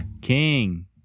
King